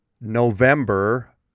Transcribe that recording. November